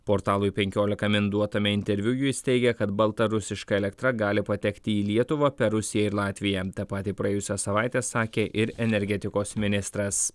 portalui penkiolika min duotame interviu jis teigia kad baltarusiška elektra gali patekti į lietuvą per rusiją ir latviją tą patį praėjusią savaitę sakė ir energetikos ministras